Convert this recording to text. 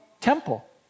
temple